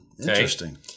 Interesting